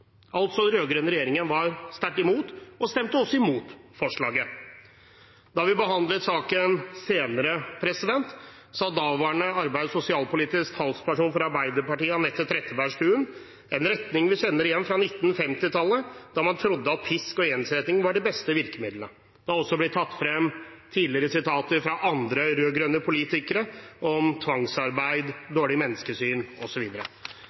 altså sterkt imot og stemte også imot forslaget. Da vi behandlet saken senere, sa daværende arbeids- og sosialpolitisk talsperson for Arbeiderpartiet, Anette Trettebergstuen: «Opposisjonens retning er en retning vi kjenner igjen fra 1950-tallet, da man trodde at pisk og ensretting var de beste virkemidlene.» Det har også blitt tatt frem tidligere sitater fra andre rød-grønne politikere – om tvangsarbeid,